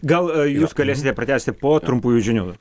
gal jūs galėsite pratęsti po trumpųjų žinių